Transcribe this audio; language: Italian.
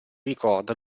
ricorda